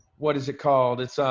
what is it called? it's,